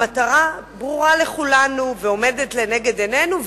המטרה ברורה לכולנו ועומדת לנגד עינינו,